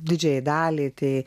didžiajai daliai tai